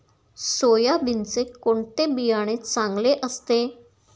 सोयाबीनचे कोणते बियाणे चांगले असते?